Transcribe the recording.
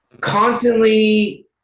constantly